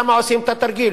למה עושים את התרגיל.